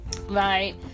right